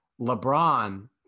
LeBron